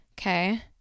Okay